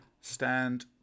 Stand